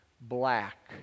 black